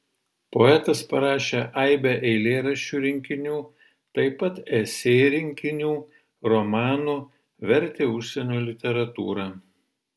poetas parašė aibę eilėraščių rinkinių taip pat esė rinkinių romanų vertė užsienio literatūrą